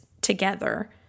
together